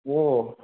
ꯑꯣ